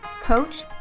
coach